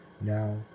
Now